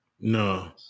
No